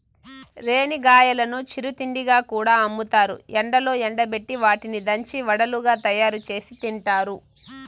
రేణిగాయాలను చిరు తిండిగా కూడా అమ్ముతారు, ఎండలో ఎండబెట్టి వాటిని దంచి వడలుగా తయారుచేసి తింటారు